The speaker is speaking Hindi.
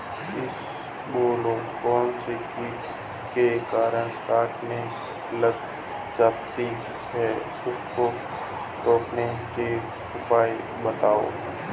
इसबगोल कौनसे कीट के कारण कटने लग जाती है उसको रोकने के उपाय बताओ?